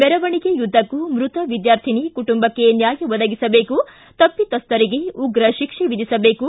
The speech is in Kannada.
ಮೆರವಣಿಗೆಯುದ್ಧಕ್ಕೂ ಮೃತ ವಿದ್ಯಾರ್ಥಿನಿ ಕುಟುಂಬಕ್ಕೆ ನ್ಯಾಯ ಒದಗಿಸಬೇಕು ತಪ್ಪಿತಸ್ಥರಿಗೆ ಉಗ್ರ ಶಿಕ್ಷೆ ವಿಧಿಸಬೇಕು